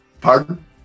Pardon